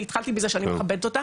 אני התחלתי מזה שאני מכבדת אותה,